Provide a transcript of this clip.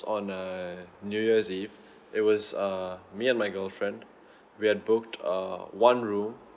on a new year's eve it was uh me and my girlfriend we had booked uh one room